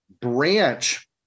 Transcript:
Branch